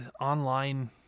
online